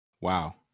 Wow